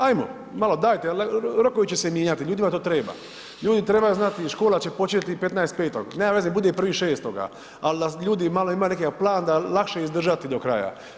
Ajmo, malo dajte, rokovi će se mijenjati, ljudima to treba, ljudi trebaju znati škola će početi 15.5., nema veze neka bude i 1.6., al da ljudi malo imaju neki plan da lakše je izdržati do kraja.